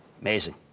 Amazing